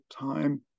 time